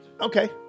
Okay